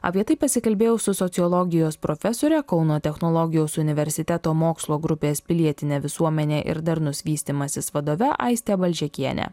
apie tai pasikalbėjau su sociologijos profesore kauno technologijos universiteto mokslo grupės pilietinė visuomenė ir darnus vystymasis vadove aiste balžekiene